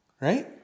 right